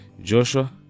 Joshua